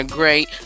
great